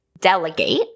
delegate